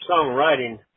songwriting